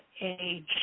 Age